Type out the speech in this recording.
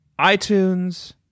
iTunes